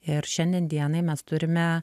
ir šiandien dienai mes turime